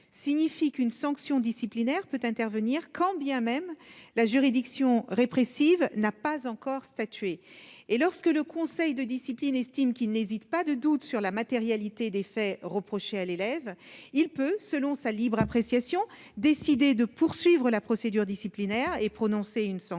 Signifie qu'une sanction disciplinaire peut intervenir quand bien même la juridiction répressive n'a pas encore statué et lorsque le conseil de discipline, estime qu'il n'hésite pas de doute sur la matérialité des faits reprochés à l'élève, il peut, selon sa libre appréciation, décidé de poursuivre la procédure disciplinaire et prononcer une sanction